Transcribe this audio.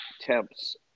temps